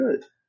good